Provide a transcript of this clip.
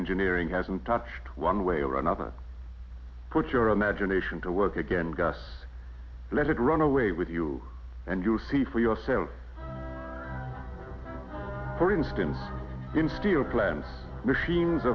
engineering hasn't touched one way or another put your imagination to work again gus let it run away with you and you'll see for yourself for instance in steel plant machines